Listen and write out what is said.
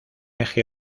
eje